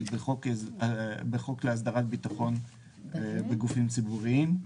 בחוק להסדרת ביטחון בגופים ציבוריים,